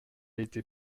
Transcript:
été